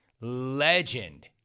Legend